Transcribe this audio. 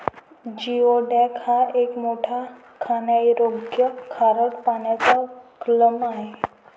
geoduck हा एक मोठा खाण्यायोग्य खारट पाण्याचा क्लॅम आहे